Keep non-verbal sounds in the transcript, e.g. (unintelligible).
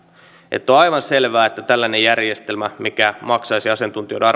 on aivan selvää että tällainen järjestelmä mikä maksaisi asiantuntijoiden (unintelligible)